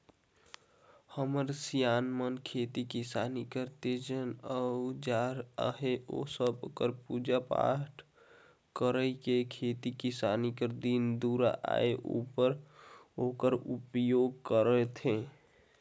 हमर सियान मन खेती किसानी कर जेतना अउजार अहे ओ सब कर पूजा पाठ कइर के खेती किसानी कर दिन दुरा आए उपर ओकर उपियोग करथे